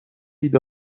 ایده